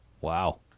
Wow